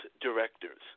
directors